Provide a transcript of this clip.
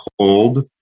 cold